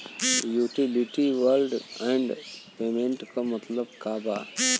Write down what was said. Utility bills and payments क मतलब का बा?